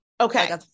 Okay